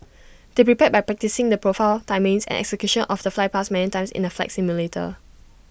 they prepared by practising the profile timings and execution of the flypast many times in the flight simulator